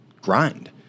grind